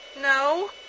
No